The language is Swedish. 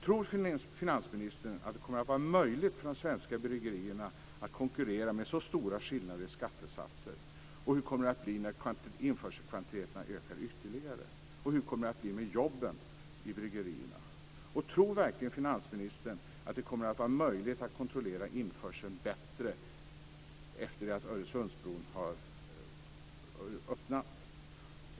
Tror finansministern att det kommer att vara möjligt för de svenska bryggerierna att konkurrera med så stora skillnader i skattesatser? Hur kommer det att bli när införselkvantiteterna ökar ytterligare? Hur kommer det att bli med jobben i bryggerierna? Tror verkligen finansministern att det kommer att vara möjligt att kontrollera införseln bättre efter det att Öresundsbron har öppnat?